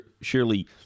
surely